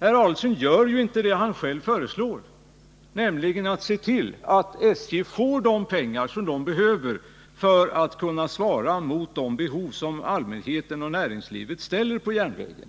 Herr Adelsohn gör ju inte det han själv föreslår, nämligen att se till att SJ får de pengar som behövs för att kunna svara mot de behov som allmänheten och näringslivet ställer på järnvägen.